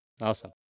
Awesome